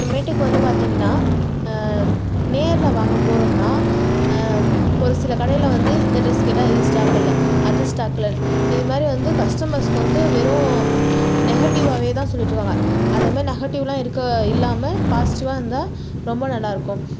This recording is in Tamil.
அப்புறமேட்டுக்கு வந்து பார்த்தீங்கன்னா நேரில் வாங்க போகிறோம்ன்னா ஒரு சில கடையில் வந்து இந்த ட்ரெஸ் கேட்டால் இது ஸ்டாக் இல்லை அது ஸ்டாக் இல்லை இது மாதிரி வந்து கஸ்டமர்சுக்கு வந்து வெறும் நெகட்டிவாவே தான் சொல்லிகிட்டுருக்காங்க அந்த மாதிரி நெஹட்டிவ் எல்லாம இல்லாமல் பாஸிட்டிவாக இருந்தால் ரொம்ப நல்லாயிருக்கும்